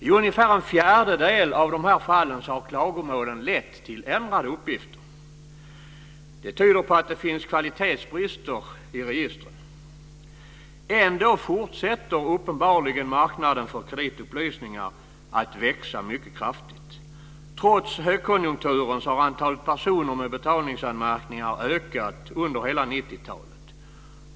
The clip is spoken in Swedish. I ungefär en fjärdedel av de här fallen har klagomålen lett till ändrade uppgifter. Detta tyder på att det finns kvalitetsbrister i registren. Ändå fortsätter uppenbarligen marknaden för kreditupplysningar att växa mycket kraftigt. Trots högkonjunkturen har antalet personer med betalningsanmärkningar ökat under hela 90-talet.